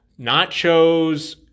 nachos